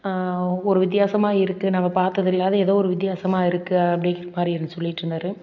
ஒரு வித்தியாசமா இருக்குது நம்ம பார்த்தது இல்லாத எதோ ஒரு வித்தியாசமாக இருக்குது அப்படிங்கிற மாதிரி இருந் சொல்லிட்டுருந்தாரு